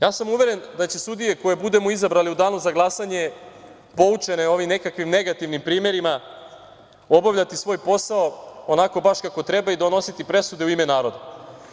Ja sam uveren da ćemo sudije koje budemo izabrali u danu za glasanje, poučene nekim negativnim primerima, obavljati svoj posao onako kako treba, i donositi presude u ime naroda.